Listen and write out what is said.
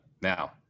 Now